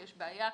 יש בעיה.